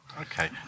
Okay